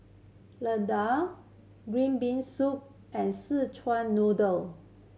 green bean soup and sichuan noodle